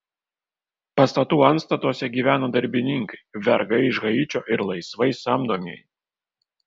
pastatų antstatuose gyveno darbininkai vergai iš haičio ir laisvai samdomieji